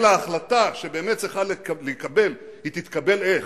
אלא החלטה שבאמת צריכה להתקבל, היא תתקבל איך?